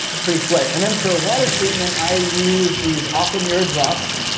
pretty slick. and then, for water treatment, i use these aquamira drops.